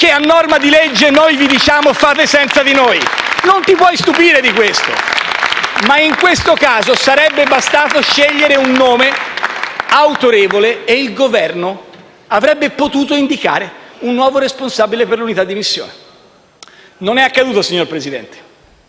che, a norma di legge, noi diciamo di fare senza di noi. Non ci si può stupire di questo. *(Applausi dal Gruppo PD).* In questo caso, però, sarebbe bastato scegliere un nome autorevole e il Governo avrebbe potuto indicare un nuovo responsabile per l'unità di missione. Non è accaduto, signor Presidente,